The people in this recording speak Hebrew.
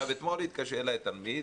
אתמול התקשר אליי תלמיד,